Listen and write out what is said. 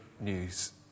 news